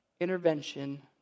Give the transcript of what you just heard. intervention